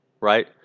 right